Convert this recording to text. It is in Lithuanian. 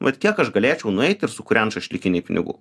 vat kiek aš galėčiau nueit ir sukūrent šašlykinėj pinigų